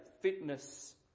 fitness